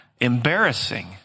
embarrassing